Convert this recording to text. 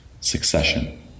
succession